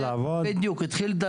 בגלים.